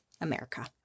America